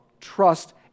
trust